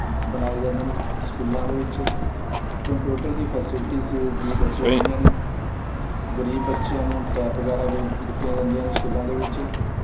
ਬਣਾਏ ਜਾਂਦੇ ਨੇ ਸਕੂਲਾਂ ਦੇ ਵਿੱਚ ਕੰਪਿਊਟਰ ਦੀ ਫੈਸਿਲਿਟੀਸ ਵੀ ਦਿੱਤੀਆਂ ਗਈਆਂ ਨੇ ਗਰੀਬ ਬੱਚਿਆਂ ਨੂੰ ਟੈਬ ਵਗੈਰਾ ਵੀ ਦਿੱਤੀਆਂ ਜਾਂਦੀਆਂ ਨੇ ਸਕੂਲਾਂ ਦੇ ਵਿੱਚ